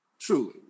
truly